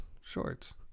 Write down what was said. Shorts